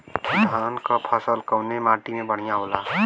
धान क फसल कवने माटी में बढ़ियां होला?